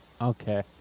Okay